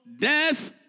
death